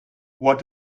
what